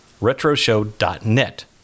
Retroshow.net